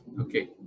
okay